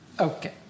Okay